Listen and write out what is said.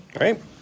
right